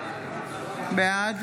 בעד